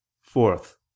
Fourth